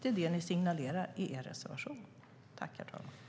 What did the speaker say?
Det är vad ni signalerar i er reservation.